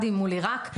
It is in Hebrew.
המפרץ.